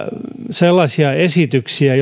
sellaisia esityksiä